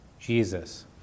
Jesus